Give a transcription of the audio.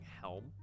helm